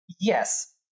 Yes